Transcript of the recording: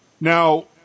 Now